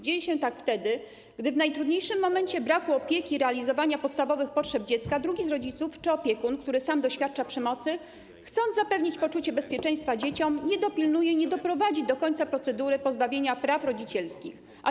Dzieje się tak wtedy, gdy w najtrudniejszym momencie braku opieki i realizowania podstawowych potrzeb dziecka drugi z rodziców czy opiekun, który sam doświadcza przemocy, chcąc zapewnić poczucie bezpieczeństwa dzieciom, nie doprowadzi do końca procedury pozbawienia praw rodzicielskich, nie dopilnuje tego.